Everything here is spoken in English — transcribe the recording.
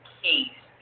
case